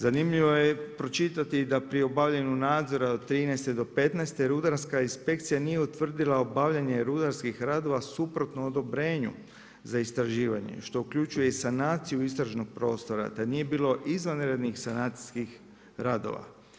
Zanimljivo je pročitati, da pri obavljanju nadzora od 2013.-2015. rudarska inspekcija nije utvrdila obavljanje rudarskih radova suprotno odobrenju za istraživanju, što uključuje sanaciju istražnog prostora, da nije bilo izvanrednih sanacijskih radova.